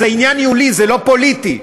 זה עניין ניהולי, זה לא פוליטי.